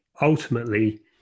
ultimately